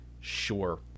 sure